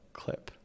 clip